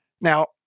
Now